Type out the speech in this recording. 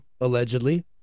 allegedly